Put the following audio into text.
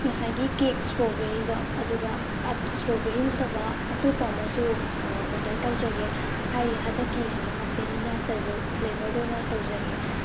ꯉꯁꯥꯏꯒꯤ ꯀꯦꯛ ꯏꯁꯇ꯭ꯔꯣꯕꯦꯔꯤꯗꯣ ꯑꯗꯨꯒ ꯏꯁꯇ꯭ꯔꯣꯕꯦꯔꯤ ꯅꯠꯇꯕ ꯑꯇꯣꯞꯄ ꯑꯃꯁꯨ ꯑꯣꯗꯔ ꯇꯧꯖꯒꯦ ꯍꯥꯏꯔꯤ ꯍꯟꯗꯛꯀꯤꯁꯤꯅ ꯕꯦꯅꯤꯂꯥ ꯐ꯭ꯂꯦꯕꯔꯗ ꯑꯣꯏꯅ ꯇꯧꯖꯒꯦ